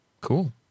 cool